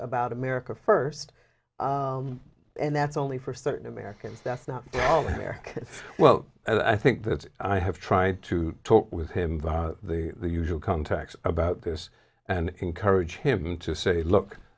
about america first and that's only for certain americans that's not there well and i think that i have tried to talk with him the usual contacts about this and encourage him to say look